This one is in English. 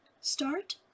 start